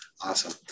Awesome